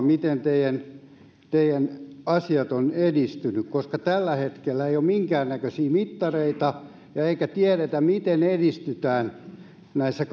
miten teidän asiat ovat edistyneet tällä hetkellä ei ole minkäännäköisiä mittareita eikä tiedetä miten edistytään näissä